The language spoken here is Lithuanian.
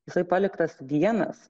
jisai paliktas vienas